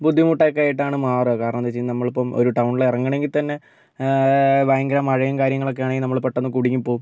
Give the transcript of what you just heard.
ബുദ്ധിമുട്ടൊക്കെയായിട്ടാണ് മാറുക കാരണമെന്ന് വെച്ചു കഴിഞ്ഞാൽ നമ്മളിപ്പോൾ ഒരു ടൗണിൽ ഇറങ്ങണമെങ്കിൽ തന്നെ ഭയങ്കര മഴയും കാര്യങ്ങളൊക്കെ ആണെങ്കിൽ നമ്മൾ പെട്ടെന്ന് കുടുങ്ങിപോകും